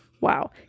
Wow